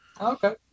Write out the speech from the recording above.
Okay